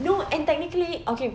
no and technically okay